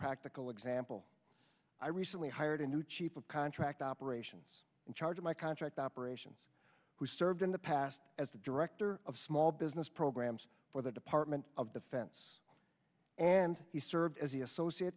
practical example i recently hired a new chief of contract operations in charge of my contract operations who served in the past as the director of small business programs for the department of defense and he served as the associate